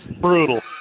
Brutal